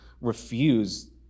refuse